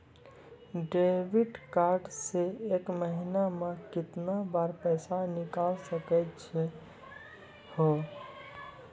Debit card से एक महीना मा केतना बार पैसा निकल सकै छि हो?